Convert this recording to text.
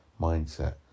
mindset